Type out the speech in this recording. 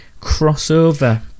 crossover